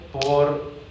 por